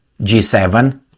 G7